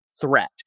threat